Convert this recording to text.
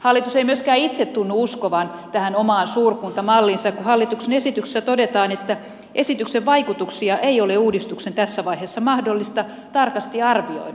hallitus ei myöskään itse tunnu uskovan tähän omaan suurkuntamalliinsa kun hallituksen esityksessä todetaan että esityksen vaikutuksia ei ole uudistuksen tässä vaiheessa mahdollista tarkasti arvioida